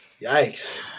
yikes